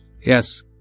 Yes